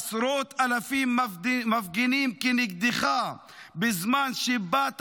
עשרות אלפים מפגינים כנגדך בזמן שבאת